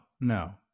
No